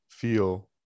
feel